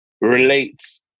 relates